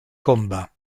combat